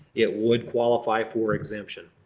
it would qualify for exemption.